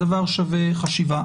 הדבר שווה חשיבה.